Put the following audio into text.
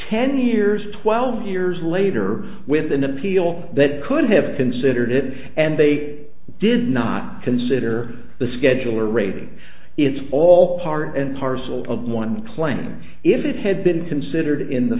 ten years twelve years later with an appeal that could have considered it and they did not consider the scheduler raby it's all part and parcel of one claim if it had been considered in the